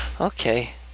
okay